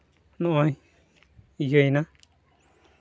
ᱱᱚᱜᱼᱚᱭ ᱤᱭᱟᱹᱭ ᱱᱟ